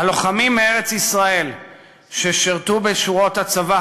הלוחמים מארץ-ישראל ששירתו בשורות הצבא